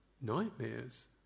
nightmares